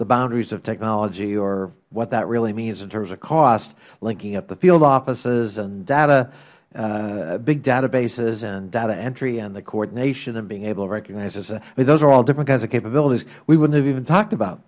the boundaries of technology or what that really means in terms of cost linking up the field offices and data big data bases and data entry and the coordination and being able to recognize i mean those are all different kinds of capabilities we wouldnt have even talked about